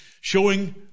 showing